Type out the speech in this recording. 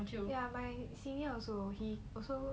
ya ya my senior he also